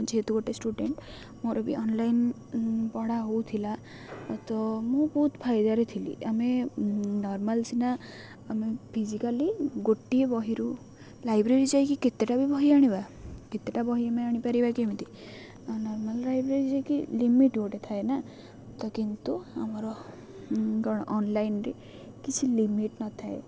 ଯେହେତୁ ଗୋଟେ ଷ୍ଟୁଡେଣ୍ଟ ମୋର ବି ଅନଲାଇନ୍ ପଢ଼ା ହେଉଥିଲା ତ ମୁଁ ବହୁତ ଫାଇଦାରେ ଥିଲି ଆମେ ନର୍ମାଲ୍ ସିନା ଆମେ ଫିଜିକାଲି ଗୋଟିଏ ବହିରୁ ଲାଇବ୍ରେରୀ ଯାଇକି କେତେଟା ବି ବହି ଆଣିବା କେତେଟା ବହି ଆମେ ଆଣିପାରିବା କେମିତି ନର୍ମାଲ୍ ଲାଇବ୍ରେରୀ ଯାଇକି ଲିମିଟ୍ ଗୋଟେ ଥାଏ ନା ତ କିନ୍ତୁ ଆମର କ'ଣ ଅନଲାଇନ୍ରେ କିଛି ଲିମିଟ୍ ନଥାଏ